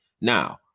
Now